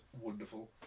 wonderful